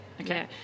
Okay